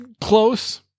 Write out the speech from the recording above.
close